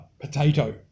potato